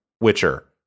Witcher